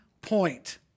point